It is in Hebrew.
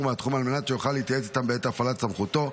מהתחום על מנת שיוכל להתייעץ איתם בעת הפעלת סמכותו.